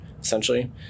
essentially